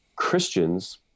Christians